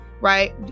Right